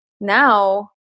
now